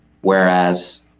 whereas